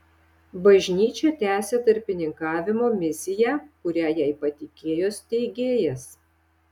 bažnyčia tęsia tarpininkavimo misiją kurią jai patikėjo steigėjas